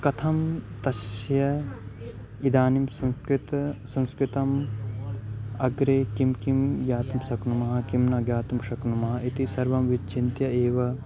कथं तस्य इदानीं संस्कृतं संस्कृतम् अग्रे किं किं ज्ञातुं शक्नुमः किं न ज्ञातुं शक्नुमः इति सर्वं विचिन्त्य एव